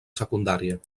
secundària